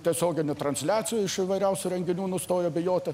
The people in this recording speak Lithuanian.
tiesioginių transliacijų iš įvairiausių renginių nustojo bijoti